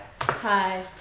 Hi